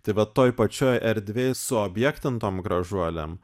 tai vat toj pačioj erdvėj suobjektintom gražuolėm